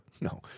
no